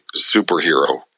superhero